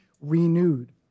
renewed